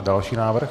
Další návrh.